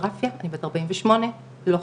המלצות של ארגון הכירורגים מ-2018 שהוצגו גם בוועדה